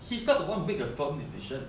he start to want to make a affirmed decision